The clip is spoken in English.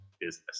business